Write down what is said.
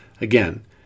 Again